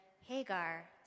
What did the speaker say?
Hagar